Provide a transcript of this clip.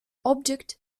object